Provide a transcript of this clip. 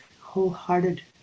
wholehearted